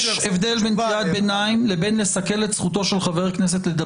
יש הבדל בין קריאת ביניים לבין סיכול זכותו של חבר כנסת לדבר.